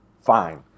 fine